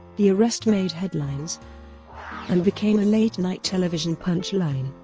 the arrest made headlines and became a late-night television punch-line.